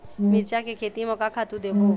मिरचा के खेती म का खातू देबो?